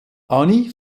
annie